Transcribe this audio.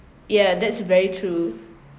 yeah that's very true